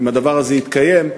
אם הדבר הזה יתקיים,